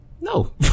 No